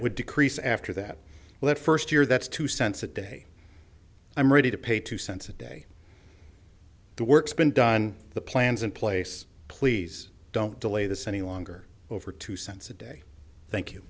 it would decrease after that let first year that's two cents a day i'm ready to pay two cents a day the works been done the plans in place please don't delay this any longer over two cents a day thank you